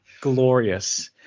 glorious